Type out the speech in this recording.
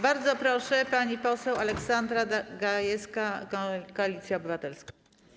Bardzo proszę, pani poseł Aleksandra Gajewska, Koalicja Obywatelska.